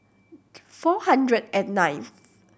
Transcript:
four hundred and ninth